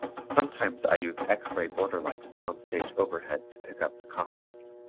sometimes i use x-ray border lights down stage overhead to pick up the costumes.